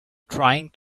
trying